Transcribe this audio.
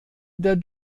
der